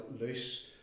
loose